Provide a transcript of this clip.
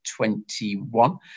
21